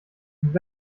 und